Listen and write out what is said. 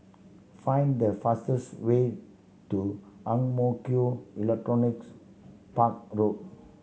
find the fastest way to Ang Mo Kio Electronics Park Road